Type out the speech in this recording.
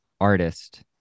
artist